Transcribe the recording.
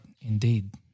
indeed